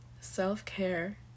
Self-care